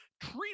treat